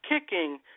kicking